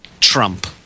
Trump